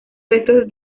restos